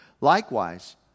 Likewise